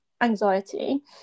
anxiety